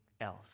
else